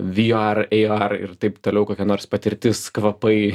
viar eiar ir taip toliau kokia nors patirtis kvapai